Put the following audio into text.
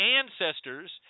ancestors